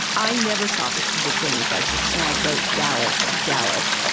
i never saw pictures of things like the snag boat dallas of dallas.